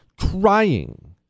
Crying